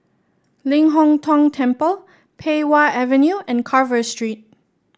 Ling Hong Tong Temple Pei Wah Avenue and Carver Street